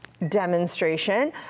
demonstration